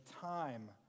time